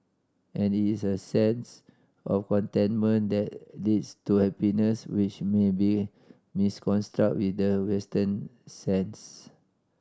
and is a sense of contentment that leads to happiness which may be misconstrued with the Western sense